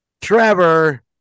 Trevor